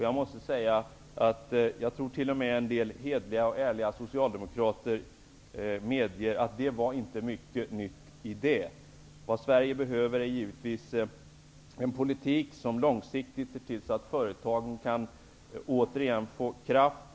Jag måste säga att jag tror att t.o.m. en del hederliga och ärliga socialdemokrater medger att det inte var mycket nytt i dem. Vad Sverige behöver är givetvis en politik där man långsiktigt ser till att företagen åter får kraft.